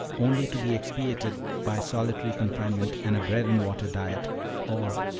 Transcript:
only to be expiated by solitary confinement and a bread-and-water diet or,